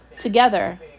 together